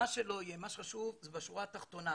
מה שלא יהיה, מה שחשוב בשורה התחתונה,